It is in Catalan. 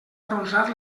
arronsar